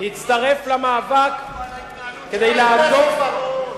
הצטרף למאבק כדי לעזור, חבר הכנסת בר-און.